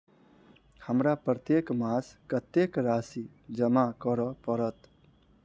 हमरा प्रत्येक मास कत्तेक राशि जमा करऽ पड़त?